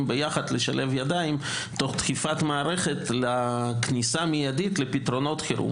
יחד לשלב ידיים תוך דחיפת מערכת לכניסה מיידית לפתרונות חירום.